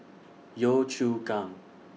Yio Chu Kang